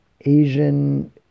Asian